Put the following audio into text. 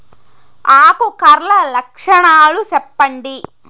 ఆకు కర్ల లక్షణాలు సెప్పండి